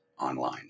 online